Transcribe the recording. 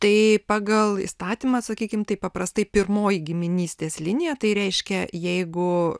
tai pagal įstatymą sakykim tai paprastai pirmoji giminystės linija tai reiškia jeigu